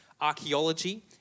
archaeology